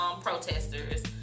protesters